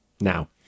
Now